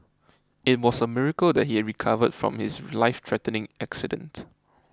it was a miracle that he recovered from his lifethreatening accident